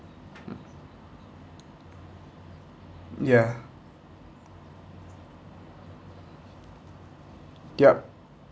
ya yup